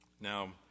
Now